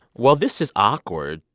well, this is awkward.